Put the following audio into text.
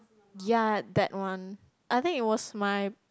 ya that one I think it was my